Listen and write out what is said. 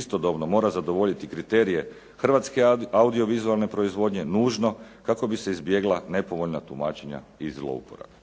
istodobno mora zadovoljiti kriterije Hrvatske audio-vizualne proizvodnje nužno kako bi se izbjegla nepovoljna tumačenja i zlouporabe.